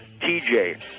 TJ